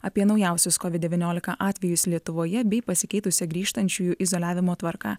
apie naujausius kovid devyniolika atvejus lietuvoje bei pasikeitusią grįžtančiųjų izoliavimo tvarką